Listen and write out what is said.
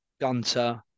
Gunter